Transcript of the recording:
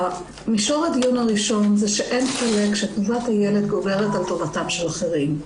מישור הדיון הראשון הוא שאין חולק שטובת הילד גוברת על טובתם של אחרים,